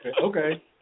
Okay